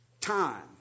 time